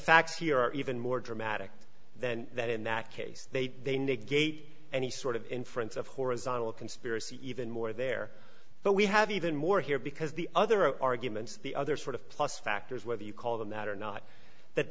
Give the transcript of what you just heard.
are even more dramatic than that in that case they they negate any sort of inference of horizontal conspiracy even more there but we have even more here because the other arguments the other sort of plus factors whether you call them that or not that